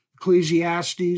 Ecclesiastes